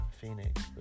Phoenix